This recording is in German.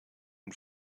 und